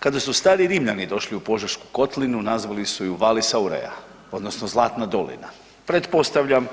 Kada su stari Rimljani došli u Požešku kotlinu nazvali su je VAllis Aurea odnosno Zlatna dolina, pretpostavljam